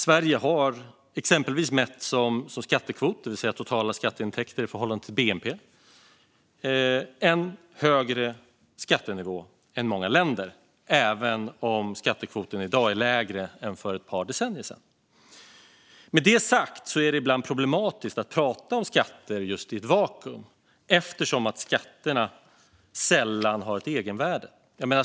Mätt som exempelvis skattekvot, det vill säga totala skatteintäkter i förhållande till bnp, har Sverige en högre skattenivå än många länder - även om skattekvoten i dag är lägre än för ett par decennier sedan. Med det sagt är det ibland problematiskt att prata om skatter i ett vakuum eftersom skatterna sällan har ett egenvärde.